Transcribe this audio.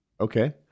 Okay